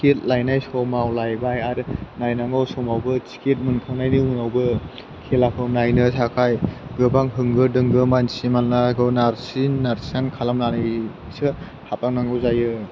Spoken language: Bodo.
टिकेट लायनाय समाव लायबाय आरो नायनांगौ समावबो टिकेट मोनखांनायनि उनावबो खेलाखौ नायनो थाखाय गोबां होंगो दोंगो मानसि मानलाखौ नारसिन नारसान खालामनानैसो हाबलांनांगौ जायो